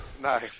No